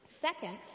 Second